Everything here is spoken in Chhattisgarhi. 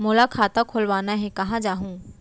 मोला खाता खोलवाना हे, कहाँ जाहूँ?